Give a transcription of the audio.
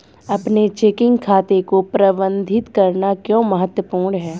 अपने चेकिंग खाते को प्रबंधित करना क्यों महत्वपूर्ण है?